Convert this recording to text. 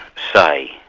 say,